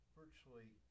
virtually